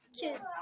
Kids